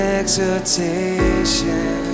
exhortation